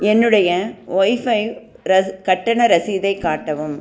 என்னுடைய ஒஃபை ரஸ் கட்டண ரசீதைக் காட்டவும்